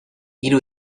hiru